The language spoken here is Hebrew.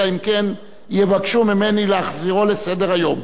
אלא אם כן יבקשו ממני להחזירו לסדר-היום.